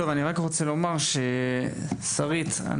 שרית,